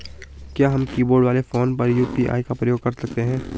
क्या हम कीबोर्ड वाले फोन पर यु.पी.आई का प्रयोग कर सकते हैं?